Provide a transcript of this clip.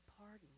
pardon